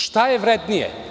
Šta je vrednije?